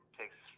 takes